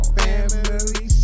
family